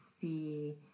see